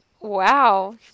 Wow